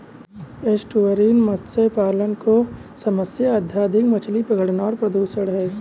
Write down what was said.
estuarine मत्स्य पालन की समस्या अत्यधिक मछली पकड़ना और प्रदूषण है